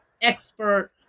expert